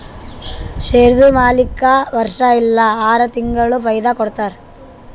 ಶೇರ್ದು ಮಾಲೀಕ್ಗಾ ವರ್ಷಾ ಇಲ್ಲಾ ಆರ ತಿಂಗುಳಿಗ ಫೈದಾ ಕೊಡ್ತಾರ್